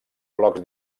blocs